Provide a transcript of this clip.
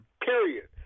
period